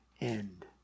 end